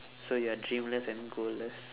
so you're dreamless and goalless